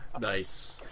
nice